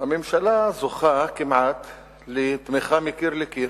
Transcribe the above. הממשלה זוכה כמעט לתמיכה מקיר לקיר,